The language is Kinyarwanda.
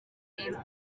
iruta